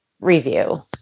review